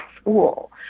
school